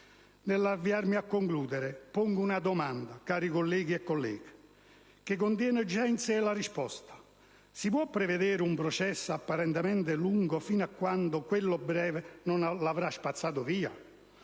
Nell'avviarmi a concludere, pongo una domanda, cari colleghi e colleghe, che contiene già in sé la risposta: si può prevedere un processo apparentemente lungo fino a quando quello breve non l'avrà spazzato via?